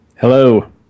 Hello